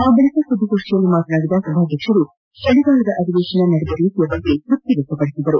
ಆ ಬಳಿಕ ಸುದ್ದಿಗೋಷ್ಠಿಯಲ್ಲಿ ಮಾತನಾಡಿದ ಸಭಾಧ್ಯಕ್ಷರು ಚಳಿಗಾಲದ ಅಧಿವೇಶನ ನಡೆದ ರೀತಿಯ ಬಗ್ಗೆ ತೃಪ್ತಿ ವ್ಯಕ್ತಪದಿಸಿದರು